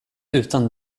utan